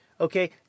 okay